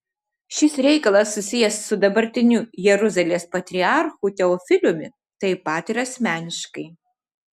šis reikalas susijęs su dabartiniu jeruzalės patriarchu teofiliumi taip pat ir asmeniškai